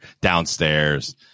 downstairs